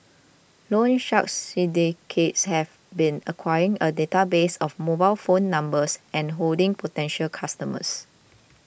loan shark syndicates have been acquiring a database of mobile phone numbers and hounding potential customers